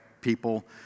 people